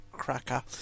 cracker